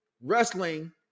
Wrestling